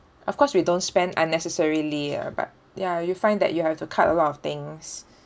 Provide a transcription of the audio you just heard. of course we don't spend unnecessarily ah but ya you find that you have to cut a lot of things